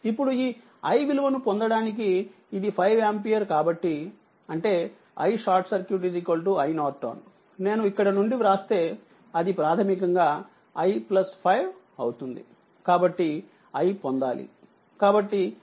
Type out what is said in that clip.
ఇప్పుడు ఈ i విలువను పొందడానికి ఇది 5 ఆంపియర్ కాబట్టిఅంటే iSCINనేను ఇక్కడ నుండి వ్రాస్తే అది ప్రాథమికంగా i 5 అవుతుంది కాబట్టి i పొందాలి